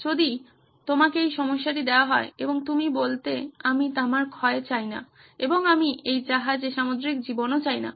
যদি আপনাকে এই সমস্যাটি দেওয়া হবে এবং তুমি বলতে আমি তামার ক্ষয় চাই না এবং আমি এই জাহাজে সামুদ্রিক জীবনও চাই না